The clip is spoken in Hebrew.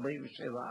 347א,